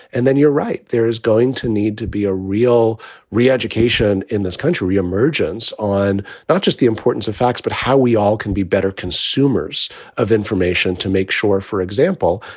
and then you're right, there is going to need to be a real re-education in this country, re-emergence on not just the importance of facts, but how we all can be better consumers of information to make sure. for example,